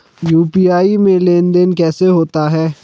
UPI में लेनदेन कैसे होता है?